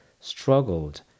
struggled